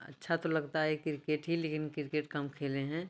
अच्छा तो लगता है क्रिकेट ही लेकिन क्रिकेट कम खेले हैं